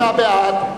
36 בעד,